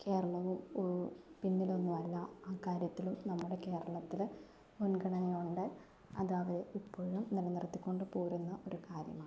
കേരളവും പിന്നിലൊന്നുമല്ല ആ കാര്യത്തിലും നമ്മുടെ കേരളത്തിൽ മുൻഗണനയുണ്ട് അതവർ ഇപ്പോഴും നിലനിർത്തിക്കൊണ്ട് പോരുന്ന ഒരു കാര്യമാണ്